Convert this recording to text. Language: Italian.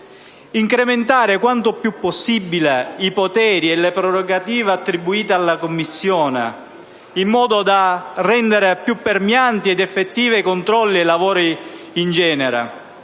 incrementare quanto più possibile i poteri e le prerogative attribuite alla Commissione, in modo da rendere più penetranti ed effettivi i controlli e i lavori in genere.